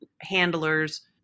handlers